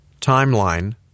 Timeline